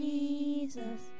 Jesus